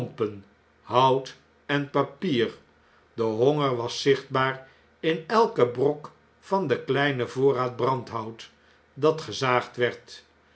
hout en papier de honger was zichtbaar in elken brok van den kleinen voorraad brandhout dat gezaagd werd